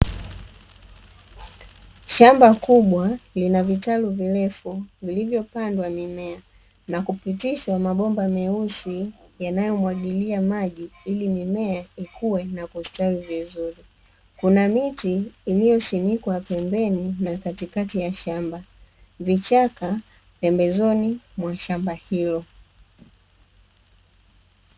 Shamba kubwa lina vitalu virefu vilivyopandwa mimea na kupitishwa mabomba meusi yanayomwagilia maji ili mimea ikue na kustawi vizuri, kuna miti iliyosimikwa pembeni na katikati ya shamba, vichaka pembezoni mwa shamba hilo.